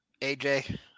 AJ